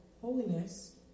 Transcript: holiness